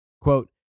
Quote